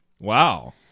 Wow